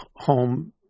home